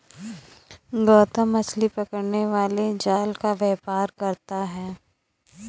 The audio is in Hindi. गौतम मछली पकड़ने वाले जाल का व्यापार करता है